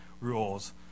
rules